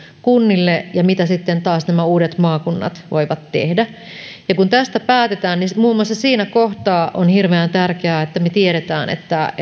kunnille ja mitä sitten taas nämä uudet maakunnat voivat tehdä kun tästä päätetään niin muun muassa siinä kohtaa on hirveän tärkeää että me tiedämme